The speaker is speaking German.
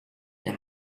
der